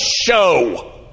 show